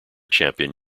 champion